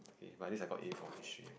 but at least I got A for history